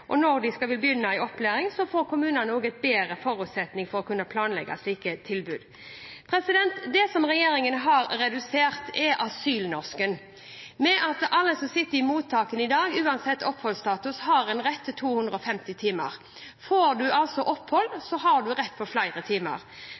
og over når de skal begynne i opplæring, får kommunene bedre forutsetninger for å planlegge slike tilbud. Regjeringen har redusert asylnorsken ved at alle som sitter i mottakene i dag, uansett oppholdsstatus, har rett til 250 timer. Får man opphold, har man rett på flere timer.